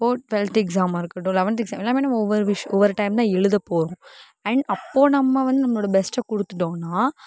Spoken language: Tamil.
இப்போ டுவெல்த் எக்ஸாமாக இருக்கட்டும் லவென்த் எக்ஸாம் எல்லாமே நம்ப ஒவ்வொரு விஷயம் ஒரு ஒரு டைம் தான் எழுத போகறோம் அண்ட் அப்போ நம்ம வந்து நம்மளோட பெஸ்ட்டை கொடுத்துட்டோம்னா